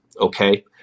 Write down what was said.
okay